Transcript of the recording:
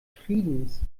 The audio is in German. friedens